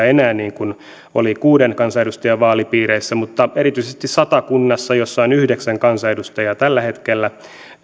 enää niin kuin oli kuuden kansanedustajan vaalipiireissä mutta erityisesti satakunnassa jossa on yhdeksän kansanedustajaa tällä hetkellä